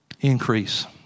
Increase